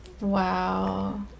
wow